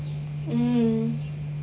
mm